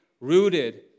rooted